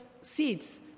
seeds